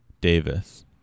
Davis